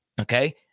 Okay